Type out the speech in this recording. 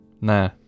Nah